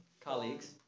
colleagues